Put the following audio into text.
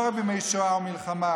לא רק בימי שואה ומלחמה,